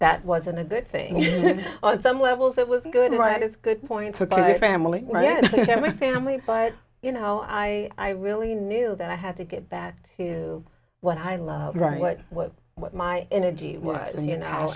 that wasn't a good thing on some levels it was good what is good points with my family my family but you know i i really knew that i had to get back to what i love right what what what my energy was and you know